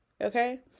okay